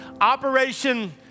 Operation